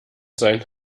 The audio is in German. sein